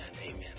amen